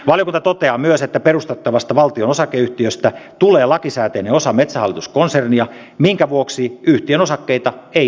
valiokunta toteaa myös että perustettavasta valtion osakeyhtiöstä tulee lakisääteinen osa metsähallitus konsernia minkä vuoksi yhtiön osakkeita ei myydä